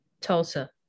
Tulsa